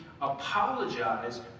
apologize